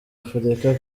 afurika